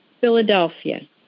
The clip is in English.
Philadelphia